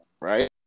right